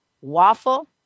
waffle